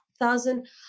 thousand